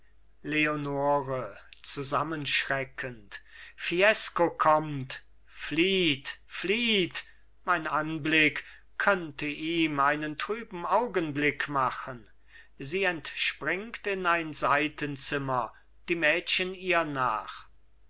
leonore zusammenschreckend fiesco kommt flieht flieht mein anblick könnte ihm einen trüben augenblick machen sie entspringt in ein seitenzimmer die mädchen ihr nach